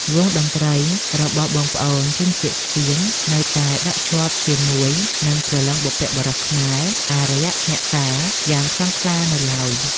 វង់តន្ដ្រីរបស់បងប្អូនជនជាតិស្ទៀង នៅតែដក់ជាប់ជាមួយនឹងព្រលឹងបុព្វបុរសខ្មែរ អារក្ស អ្នកតា យ៉ាងខ្លាំងក្លានៅឡើយ ។